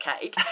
cake